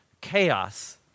chaos